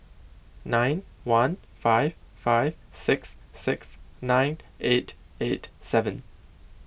nine one five five six six nine eight eight seven